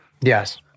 Yes